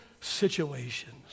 situations